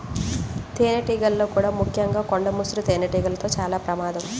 తేనెటీగల్లో కూడా ముఖ్యంగా కొండ ముసురు తేనెటీగలతో చాలా ప్రమాదం